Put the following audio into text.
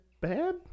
bad